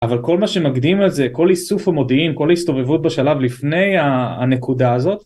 אבל כל מה שמקדים לזה, כל איסוף המודיעין, כל ההסתובבות בשלב לפני הנקודה הזאת